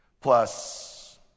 Plus